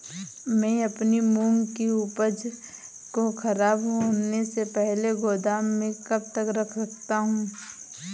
मैं अपनी मूंग की उपज को ख़राब होने से पहले गोदाम में कब तक रख सकता हूँ?